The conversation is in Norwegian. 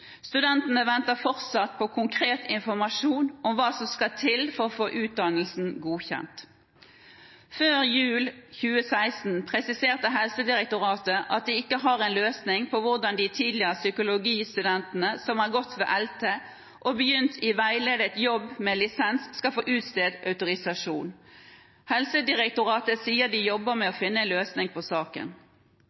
Studentene venter fortsatt på konkret informasjon om hva som skal til for å få utdannelsen godkjent. Før jul i 2016 presiserte Helsedirektoratet at de ikke har en løsning på hvordan de tidligere psykologistudentene som har gått ved ELTE og begynt i veiledet jobb med lisens, skal få utstedt autorisasjon. Helsedirektoratet sier de jobber med å finne en løsning på saken.